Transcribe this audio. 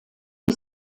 die